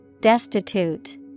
Destitute